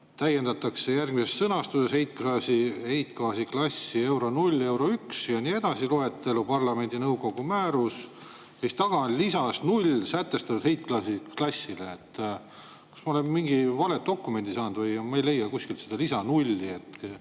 täiendatakse järgmises sõnastuses, heitgaasiklassi EURO 0, EURO I ja nii edasi loetelu, parlamendi ja nõukogu määrus ja siis taga on [kirjas]: lisas 0 sätestatud heitgaasiklassile. Kas ma olen mingi vale dokumendi saanud või? Ma ei leia kuskilt seda lisa 0.